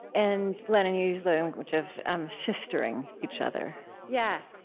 and glennon, you use the language of sistering each other yeah